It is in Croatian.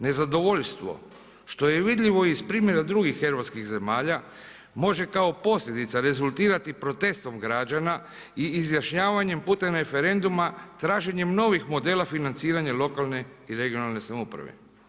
Nezadovoljstvo što je vidljivo iz primjera drugih europskih zemalja može kao posljedica rezultirati protestom građana i izjašnjavanjem putem referenduma traženjem novih modela financiranja lokalne i regionalne samouprave.